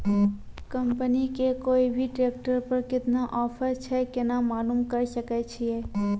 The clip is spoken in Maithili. कंपनी के कोय भी ट्रेक्टर पर केतना ऑफर छै केना मालूम करऽ सके छियै?